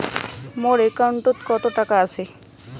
মোর একাউন্টত কত টাকা আছে?